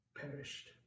perished